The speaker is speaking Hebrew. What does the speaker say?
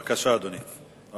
בבקשה, אדוני.